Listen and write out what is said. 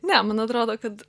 ne man atrodo kad